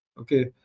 Okay